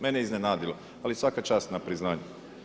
Mene je iznenadio, ali svaka čast na priznanju.